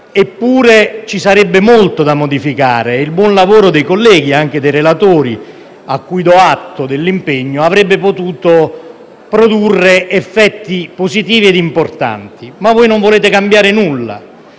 Eppure, ci sarebbe molto da modificare. Il buon lavoro dei colleghi, anche dei relatori, ai quali do atto dell’impegno, avrebbe potuto produrre effetti positivi ed importanti. Ma voi non volete cambiare nulla.